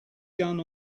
gun